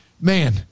man